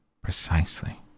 Precisely